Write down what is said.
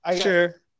Sure